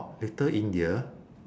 oh little india